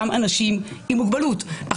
ויהיה אישור בכתב לאנשים עם מוגבלות,